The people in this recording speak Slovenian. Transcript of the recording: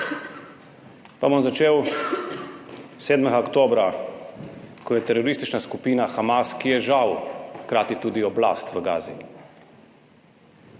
Pa bom začel 7. oktobra, ko je teroristična skupina Hamas, ki je žal hkrati tudi oblast v Gazi,